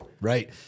Right